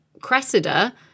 Cressida